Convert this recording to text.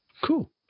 Cool